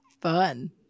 fun